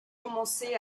commencé